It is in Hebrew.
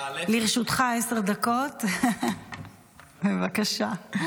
לרשותך עשר דקות, בבקשה.